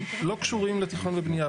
לא קשורים לתכנון ובנייה.